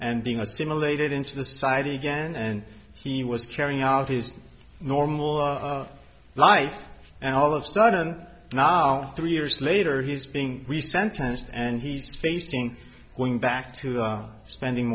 and being assimilated into the society again and he was carrying out his normal life and all of sudden now three years later he's being we sentenced and he's facing going back to spending